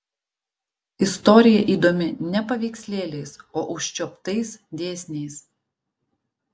istorija įdomi ne paveikslėliais o užčiuoptais dėsniais